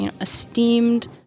esteemed